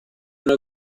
una